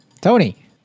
Tony